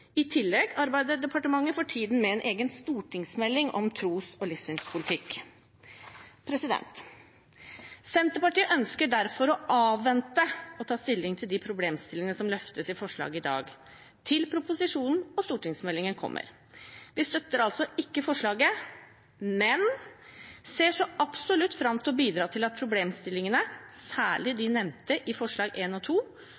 I tillegg arbeider departementet for tiden med en egen stortingsmelding om tros- og livssynspolitikk. Senterpartiet ønsker derfor å avvente med å ta stilling til de problemstillingene som løftes i representantforslaget i dag, til proposisjonen og stortingsmeldingen kommer. Vi støtter altså ikke forslaget, men ser så absolutt fram til å bidra til at problemstillingene, særlig